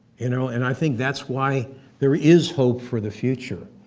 you know, and i think that's why there is hope for the future.